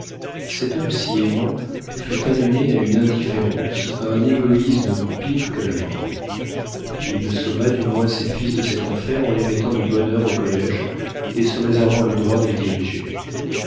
cet homme si aimant fut amené à une indifférence à un égoïsme pire que la mort il sauva du moins ses fils de cet enfer en les mettant de bonne heure au collége et se réservant le droit de les diriger